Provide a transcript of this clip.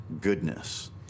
goodness